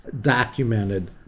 documented